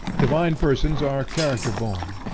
divine persons are character born,